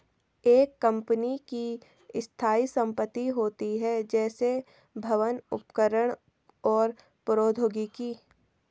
एक कंपनी की स्थायी संपत्ति होती हैं, जैसे भवन, उपकरण और प्रौद्योगिकी